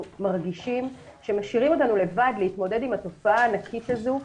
אנחנו מרגישים שמשאירים אותנו לבד להתמודד עם התופעה הענקית הזו,